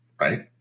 right